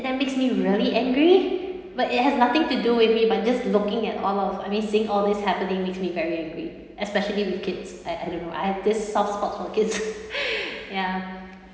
that makes me really angry but it has nothing to do with me but just looking at all of I mean seeing all this happening makes me very angry especially with kids I I don't know I have this soft spot for kids ya